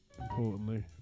importantly